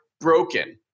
broken